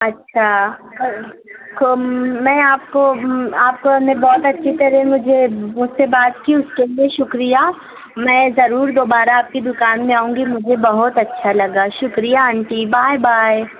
اچھا تو میں آپ کو آپ کو میں بہت اچھی طرح مجھے مجھ سے بات کی اس کے لیے شکریہ میں ضرور دوبارہ آپ کی دوکان میں آؤں گی مجھے بہت اچھا لگا شکریہ آنٹی بائے بائے